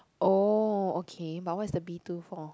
oh okay but what's the B two for